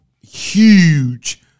huge